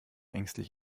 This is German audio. ängstlich